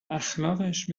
اخلاقش